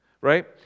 Right